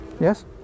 Yes